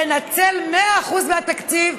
לנצל 100% מהתקציב,